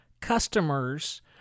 customers